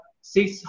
six